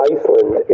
Iceland